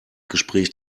gespräch